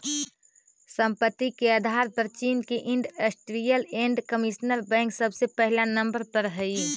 संपत्ति के आधार पर चीन के इन्डस्ट्रीअल एण्ड कमर्शियल बैंक सबसे पहिला नंबर पर हई